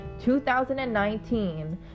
2019